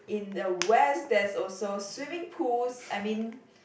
in the west there's also swimming pools I mean